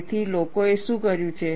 તેથી લોકોએ શું કર્યું છે